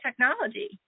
technology